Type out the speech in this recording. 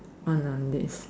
on on this